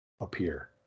appear